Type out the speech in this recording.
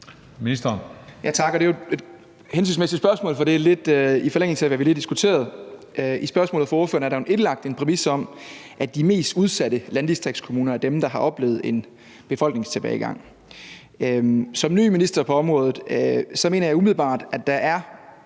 Det er jo et hensigtsmæssigt spørgsmål, for det er lidt i forlængelse af, hvad vi lige diskuterede. I spørgsmålet fra spørgeren er der jo indlagt en præmis om, at de mest udsatte landdistriktskommuner er dem, der har oplevet en befolkningstilbagegang. Som ny minister på området mener jeg umiddelbart, at der er